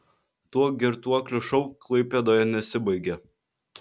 tuo girtuoklių šou klaipėdoje nesibaigė